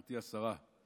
גברתי השרה,